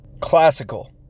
Classical